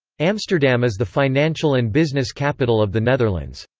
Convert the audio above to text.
amsterdam is the financial and business capital of the netherlands.